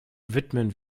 widmen